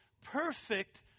perfect